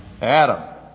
Adam